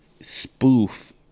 spoof